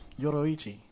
Yoroichi